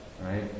right